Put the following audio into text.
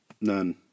None